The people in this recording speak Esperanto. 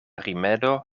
rimedo